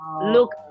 Look